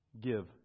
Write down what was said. give